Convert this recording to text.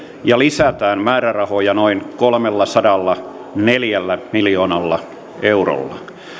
ja lisätään määrärahoja noin kolmellasadallaneljällä miljoonalla eurolla